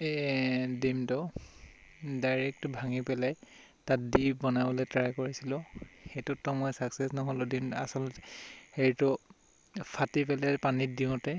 ডিমটো ডাইৰেক্ট ভাঙি পেলাই তাত দি বনাবলৈ ট্ৰাই কৰিছিলোঁ সেইটোততো মই ছাক্সেছ নহ'লোঁ ডিম আচলতে সেইটো ফাটি পেলাই পানীত দিওঁতে